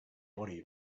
body